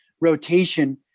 rotation